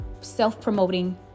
self-promoting